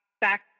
back